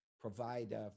provide